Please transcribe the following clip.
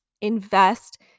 invest